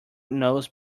nose